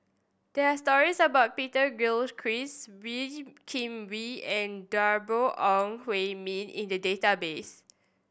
there are stories about Peter Gilchrist Wee Kim Wee and Deborah Ong Hui Min in the database